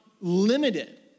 limited